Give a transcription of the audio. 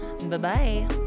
Bye-bye